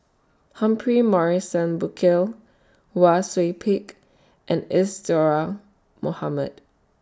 Humphrey Morrison Burkill Wang Sui Pick and Isadhora Mohamed